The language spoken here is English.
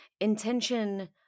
intention